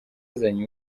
azanye